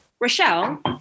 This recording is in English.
Rochelle